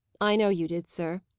i know you did, sir,